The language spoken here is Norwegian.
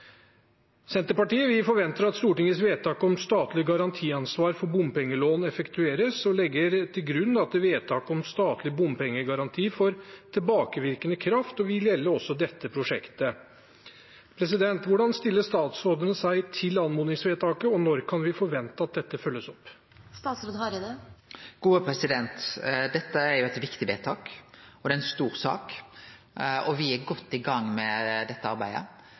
Senterpartiet forventer at Stortingets vedtak om statlig garantiansvar for bompengelån effektueres, og legger til grunn at vedtaket om statlig bompengegaranti får tilbakevirkende kraft og vil gjelde også dette prosjektet. Hvordan stiller statsråden seg til anmodningsvedtaket, og når kan vi forvente at dette følges opp? Dette er eit viktig vedtak og ei stor sak. Me er godt i gang med dette arbeidet.